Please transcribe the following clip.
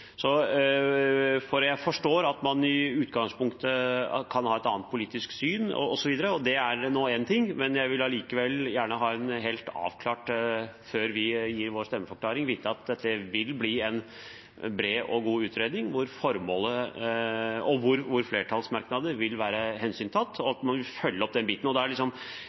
Jeg forstår at man i utgangspunktet kan ha et annet politisk syn. Det er nå én ting, men jeg vil likevel gjerne ha helt avklart, før vi gir vår stemmeforklaring, at dette vil bli en bred og god utredning hvor flertallsmerknadene vil være hensyntatt, og at man vil følge opp den biten. Normalt vil svaret være at statsråden alltid vil følge opp det Stortinget vedtar, men siden det er